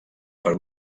per